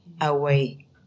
away